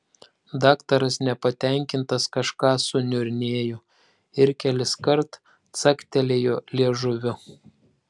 daktaras nepatenkintas kažką suniurnėjo ir keliskart caktelėjo liežuviu